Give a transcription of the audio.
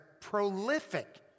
prolific